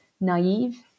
naive